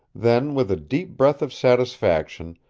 then, with a deep breath of satisfaction,